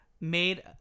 made